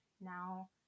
now